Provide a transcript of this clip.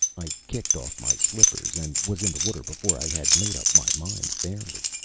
i kicked off my slippers and was in the water before i had made up my mind fairly.